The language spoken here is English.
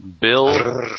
Bill